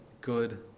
good